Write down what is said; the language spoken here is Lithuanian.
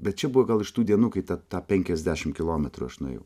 bet čia buvo gal iš tų dienų kai tą penkiasdešim kilometrų aš nuėjau